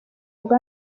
rwa